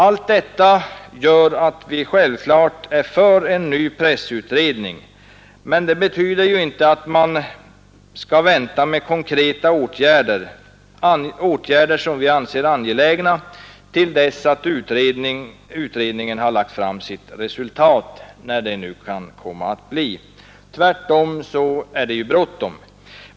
Allt detta gör att vi självfallet är för en ny pressutredning, men det betyder inte att man skall vänta med konkreta åtgärder — åtgärder som vi anser angelägna — till dess att utredningen har redovisat sitt resultat, när det nu kan komma att bli. Tvärtom är det bråttom.